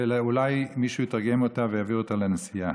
ואולי מישהו יתרגם אותה ויעביר אותה לנשיאה